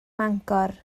mangor